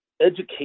education